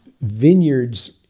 vineyards